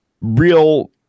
real